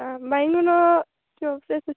ହଁ ବାଇଗଣ ଯୋଉ ଫ୍ରେସ୍ ଅଛି